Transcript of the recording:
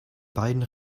beide